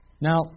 Now